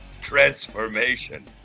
transformation